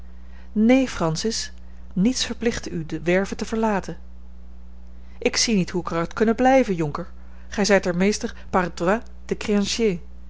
neen francis niets verplichtte u de werve te verlaten ik zie niet hoe ik er had kunnen blijven jonker gij zijt er meester par droit de